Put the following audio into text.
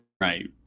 right